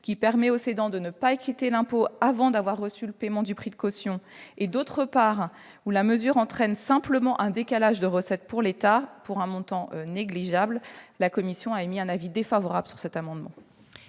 qui permet aux cédants de ne pas acquitter l'impôt avant d'avoir reçu le paiement du prix de caution, et où, d'autre part, il s'ensuit simplement un décalage de recettes pour l'État, pour un montant négligeable, la commission a émis un avis défavorable sur cet amendement.